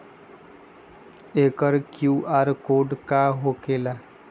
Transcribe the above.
एकर QR code का होकेला?